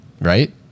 Right